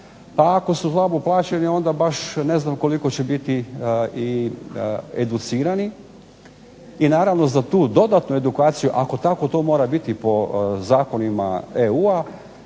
pa ako su slabo plaćeni onda baš ne znam koliko će biti i educirani, i naravno za tu dodatnu edukaciju, ako tako to mora biti po zakonima EU-a,